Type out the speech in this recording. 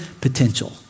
potential